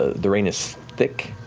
the rain is thick.